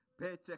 paycheck